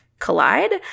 collide